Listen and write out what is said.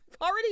Already